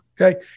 Okay